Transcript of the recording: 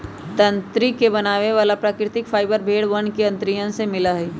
तंत्री के बनावे वाला प्राकृतिक फाइबर भेड़ वन के अंतड़ियन से मिला हई